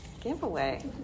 giveaway